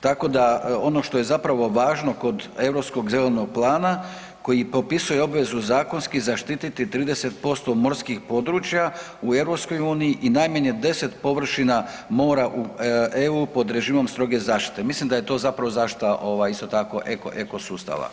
tako da, ono što je zapravo važno kod Europskog zelenog plana, koji popisuje obvezu zakonski zaštiti 30% morskih područja u EU i najmanje 10 površina mora u EU pod režimom stroge zaštite, mislim da je to zapravo zaštita ovaj, isto tako, ekosustava.